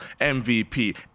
MVP